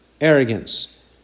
arrogance